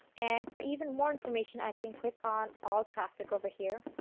and for even more information i can click on all traffic over here